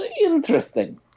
interesting